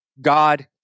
God